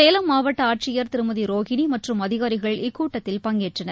சேலம் மாவட்ட ஆட்சியர் திருமதி ரோகினி மற்றும் அதிகாரிகள் இக்கூட்டத்தில் பங்கேற்றனர்